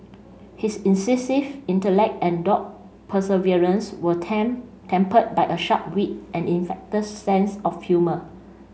his incisive intellect and dogged perseverance were tempered by a sharp wit and infectious sense of humour